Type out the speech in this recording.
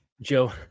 joe